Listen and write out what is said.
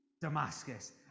Damascus